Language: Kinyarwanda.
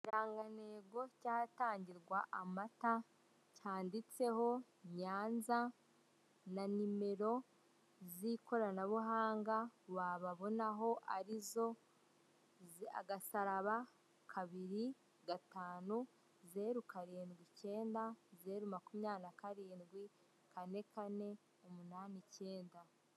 Ikirangantego cy'ahatangirwa amata cyanditseho Nyanza na nimero z'ikoranabuhanga wababonaho arizo; agasaraba, kabiri gatanu, zeru karindwi icyenda, zeru makumyabiri na karindwi, kane kane, umunani icyenda.